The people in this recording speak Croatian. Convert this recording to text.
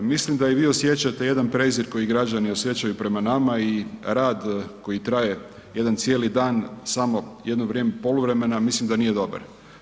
Mislim da i vi osjećate jedan prezir koji građani osjećaju prema nama i rad koji traje jedan cijeli dan, samo jedno vrijeme poluvremena, mislim da nije dobar.